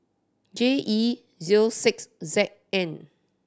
J E zero six Z N